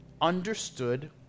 understood